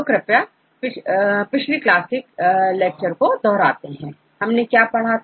तो कृपया पिछली क्लास का लेक्चर दोहराते हैं हमने क्या पढ़ा था